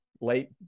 late